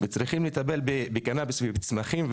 וצריכים לקבל לטפל בקנביס ובצמחים,